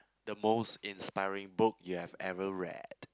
the most inspiring book you have ever read